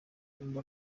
nkunda